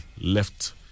left